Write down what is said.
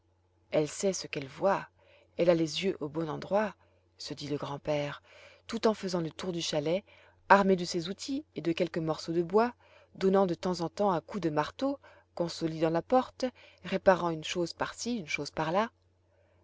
elle sait ce qu'elle voit elle a les yeux au bon endroit se dit le grand-père tout en faisant le tour du chalet armé de ses outils et de quelques morceaux de bois donnant de temps en temps un coup de marteau consolidant la porte réparant une chose par-ci une chose par-là